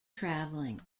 traveling